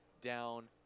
down